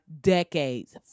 decades